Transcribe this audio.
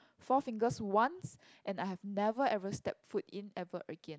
Four-Fingers once and I have never ever step foot in ever again